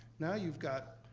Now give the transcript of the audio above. now you've got,